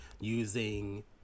using